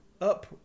up